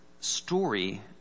story